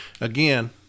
Again